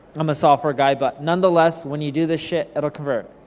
i'm a software guy, but nonetheless, when you do this shit, it'll convert.